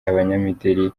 abanyamideli